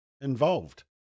involved